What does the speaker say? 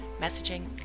messaging